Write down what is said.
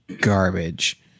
garbage